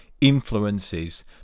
influences